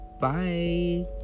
Bye